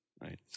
right